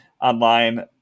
Online